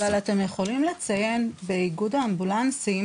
אבל אתם יכולים לציין באיגוד האמבולנסים